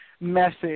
message